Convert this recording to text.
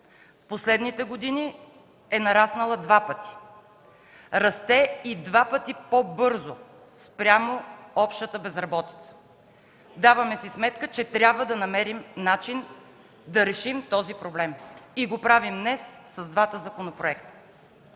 – последните години е нараснала два пъти, расте и два пъти по-бързо спрямо общата безработица. Даваме си сметка, че трябва да намерим начин да решим този проблем и днес го правим с двата законопроекта.